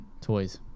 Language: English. Toys